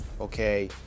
okay